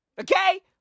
okay